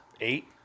eight